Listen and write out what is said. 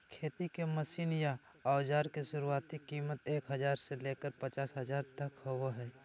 खेती के मशीन या औजार के शुरुआती कीमत एक हजार से लेकर पचास हजार तक होबो हय